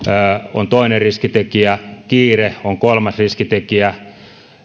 on toinen riskitekijä kiire on kolmas riskitekijä